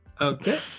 Okay